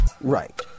Right